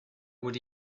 would